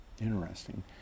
Interesting